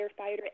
firefighter